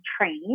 trained